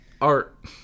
Art